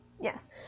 Yes